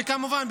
וכמובן,